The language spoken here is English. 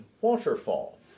waterfall